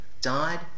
died